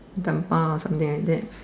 or something like that